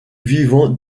vivant